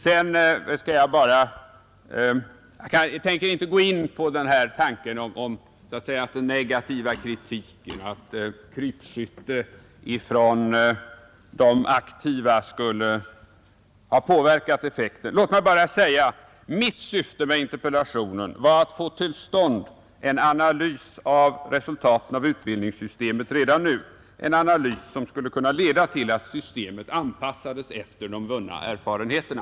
Sedan tänker jag här inte gå in på tanken att den negativa kritiken från de aktiva skulle ha påverkat effekten. Låt mig bara säga att mitt syfte med interpellationen har varit att få till stånd en analys av utbildningssystemets resultat redan nu, en analys som skulle kunna leda till att systemet anpassades efter de vunna erfarenheterna.